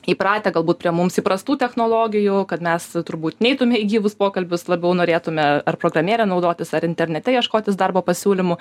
įpratę galbūt prie mums įprastų technologijų kad mes turbūt neitume į gyvus pokalbius labiau norėtume ar programėle naudotis ar internete ieškotis darbo pasiūlymų